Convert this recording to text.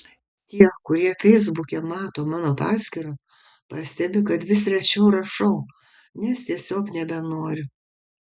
tie kurie feisbuke mato mano paskyrą pastebi kad vis rečiau rašau nes tiesiog nebenoriu